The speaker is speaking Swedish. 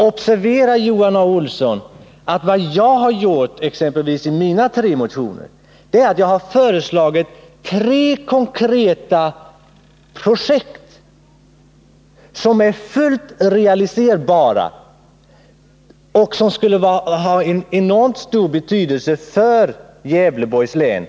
Observera, Johan A. Olsson, att vad jag har gjort i mina tre motioner är att jag har föreslagit tre konkreta projekt, som är fullt realiserbara och som skulle ha en enormt stor betydelse för Gävleborgs län.